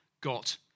got